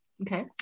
okay